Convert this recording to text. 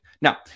Now